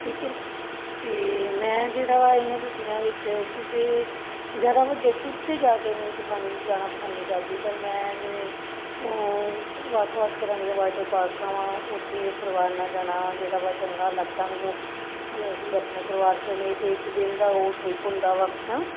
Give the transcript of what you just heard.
ਠੀਕ ਹੈ ਅਤੇ ਮੈਂ ਜਿਹੜਾ ਵਾ ਇਨ੍ਹਾਂ ਛੁੱਟੀਆਂ ਵਿੱਚ ਕਿਸੇ ਵੀ ਜ਼ਿਆਦਾ ਵੱਡੇ ਟ੍ਰਿਪ 'ਤੇ ਜਾ ਕੇ ਨਹੀਂ ਪਸੰਦ ਜਾਣਾ ਪਸੰਦ ਨਹੀਂ ਕਰਦੀ ਪਰ ਮੈਂ ਜਿਵੇਂ ਵੱਖ ਵੱਖ ਤਰ੍ਹਾਂ ਦੀਆਂ ਵਾਟਰ ਪਾਰਕਾਂ ਵਾ ਉੱਥੇ ਪਰਿਵਾਰ ਨਾਲ਼ ਜਾਣਾ ਵਾ ਜਿਹੜਾ ਵਾ ਚੰਗਾ ਲੱਗਦਾ ਮੈਨੂੰ ਕਿ ਅਸੀਂ ਆਪਣੇ ਪਰਿਵਾਰ ਸਮੇਤ ਇੱਕ ਦਿਨ ਦਾ ਉਹ ਟ੍ਰਿਪ ਹੁੰਦਾ ਵਾ